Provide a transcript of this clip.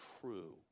true